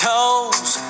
Toes